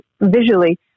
visually